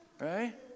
Right